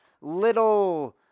little